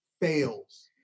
fails